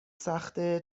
سخته